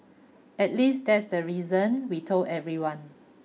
at least that's the reason we told everyone